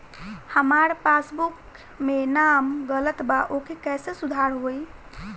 हमार पासबुक मे नाम गलत बा ओके कैसे सुधार होई?